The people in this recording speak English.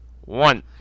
one